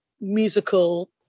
musical